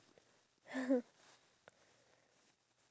one blink away blink your eyes